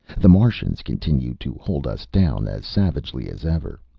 the martians continued to hold us down as savagely as ever.